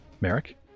Merrick